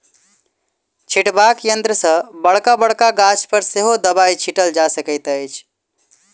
छिटबाक यंत्र सॅ बड़का बड़का गाछ पर सेहो दबाई छिटल जा सकैत अछि